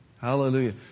Hallelujah